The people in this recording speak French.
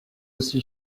aussi